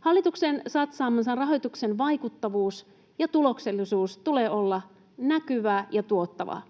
Hallituksen satsaaman rahoituksen vaikuttavuuden ja tuloksellisuuden tulee olla näkyvää ja tuottavaa.